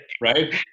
Right